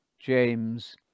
James